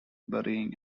burying